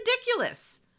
ridiculous